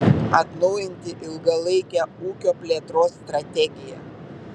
atnaujinti ilgalaikę ūkio plėtros strategiją